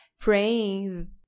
praying